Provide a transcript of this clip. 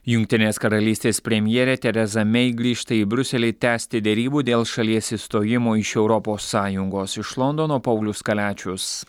jungtinės karalystės premjerė teresa mei grįžta į briuselį tęsti derybų dėl šalies išstojimo iš europos sąjungos iš londono paulius kaliačius